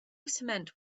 cement